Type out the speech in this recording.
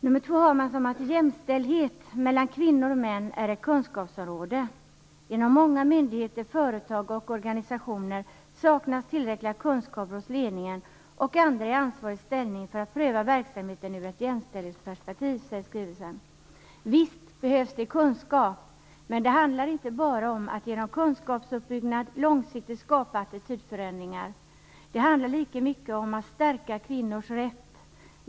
I punkt två står det i skrivelsen att jämställdhet mellan kvinnor och män är ett kunskapsområde. Inom många myndigheter, företag och organisationer saknas tillräckliga kunskaper hos ledningen och andra i ansvarig ställning för att pröva verksamheten ur ett jämställdhetsperspektiv. Visst behövs det kunskap, men det handlar inte bara om att genom kunskapsuppbyggnad långsiktigt skapa attitydförändringar. Det handlar lika mycket om att stärka kvinnors rätt.